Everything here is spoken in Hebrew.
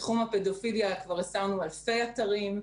בתחום הפדופיליה כבר הסרנו אלפי אתרים.